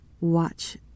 watch